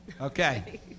okay